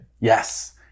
yes